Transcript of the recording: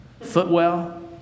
footwell